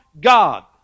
God